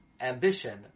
ambition